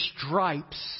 stripes